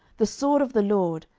the sword of the lord,